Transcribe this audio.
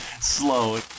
slow